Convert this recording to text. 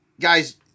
guys